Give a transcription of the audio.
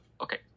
Okay